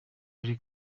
birori